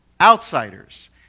outsiders